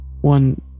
One